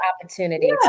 opportunity